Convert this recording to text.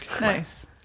Nice